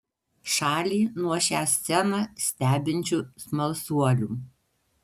šalį nuo šią sceną stebinčių smalsuolių